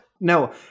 No